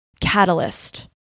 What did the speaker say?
catalyst